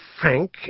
frank